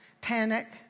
panic